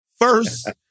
first